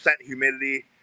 humidity